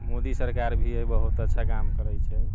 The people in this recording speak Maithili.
मोदी सरकर भी बहुत अच्छा काम करै छै